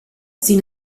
sin